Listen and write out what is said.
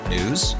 News